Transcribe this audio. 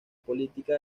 política